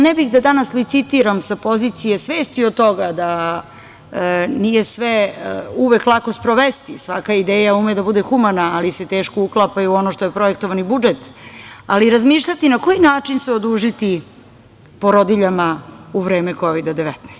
Ne bih da danas licitiram sa pozicije svesti od toga da nije sve uvek lako sprovesti, svaka ideja ume da bude humana, ali se teško uklapa u ono što je projektovani budžet, ali razmišljati na koji način se odužiti porodiljama u vreme Kovida-19.